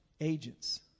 agents